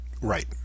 Right